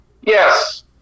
Yes